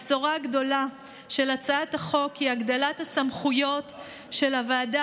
הבשורה הגדולה של הצעת החוק היא בהגדלת הסמכויות של הוועדה